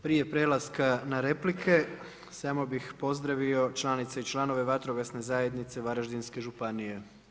Prije prelaska na replike, samo bih pozdravio članice i članove Vatrogasne zajednice Varaždinske županije.